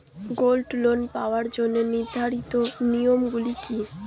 Gold loan পাওয়ার জন্য নির্ধারিত নিয়ম গুলি কি?